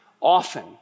often